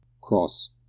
Cross